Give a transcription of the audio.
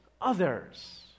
others